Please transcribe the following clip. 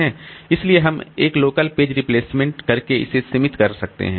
इसलिए हम एक लोकल पेज रिप्लेसमेंट करके इसे सीमित कर सकते हैं